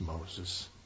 Moses